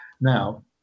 Now